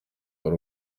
ari